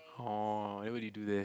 orh then what did you do there